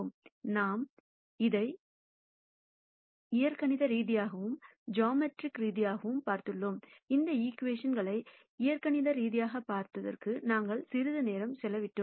நாம் அதை ஆல்சீப்ரா ரீதியாகவும் ஜாமெட்ரிக் ரீதியாகவும் பார்த்துள்ளோம் இந்த ஈகிவேஷன் களை ஆல்சீப்ரா ரீதியாகப் பார்ப்பதற்கு நாங்கள் சிறிது நேரம் செலவிட்டோம்